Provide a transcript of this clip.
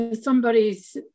somebody's